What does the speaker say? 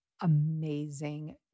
amazing